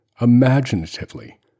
imaginatively